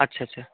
আচ্ছা আচ্ছা